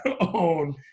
on